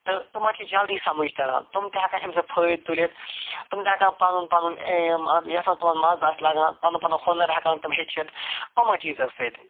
تہٕ تِمن چھِ جلدی سمجھ تران تِم تہِ ہٮ۪کن اَمہِ سۭتۍ فٲیدٕ تُلِتھ تِم تہِ ہٮ۪کن پنُن پان یِم یَتھ منٛز تِمن مَزٕ آسہِ لگان پنُن پنُن ہُنر ہٮ۪کن تِم ہیٚچتھ یِمو چیٖزو سۭتۍ